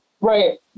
Right